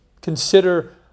Consider